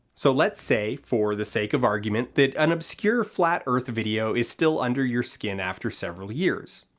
so, let's say, for the sake of argument, that an obscure flat earth video is still under your skin after several years.